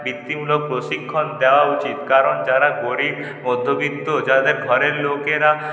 বিত্তিমূলক প্রশিক্ষণ দেওয়া উচিত কারণ যারা গরিব মধ্যবিত্ত যাদের ঘরের লোকেরা